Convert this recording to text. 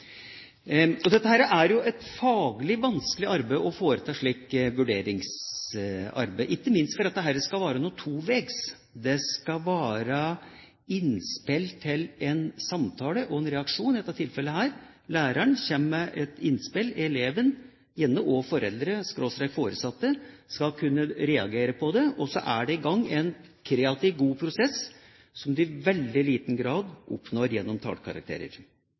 et slikt vurderingsarbeid, ikke minst fordi det skal være toveis – det skal være innspill til en samtale og en reaksjon. I dette tilfellet kommer læreren med et innspill. Eleven, gjerne også foreldre/foresatte, skal kunne reagere på det, og så er det i gang en kreativ, god prosess som en i veldig liten grad oppnår gjennom tallkarakterer.